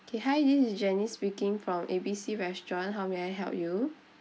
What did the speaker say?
okay hi this is janice speaking from A B C restaurant how may I help you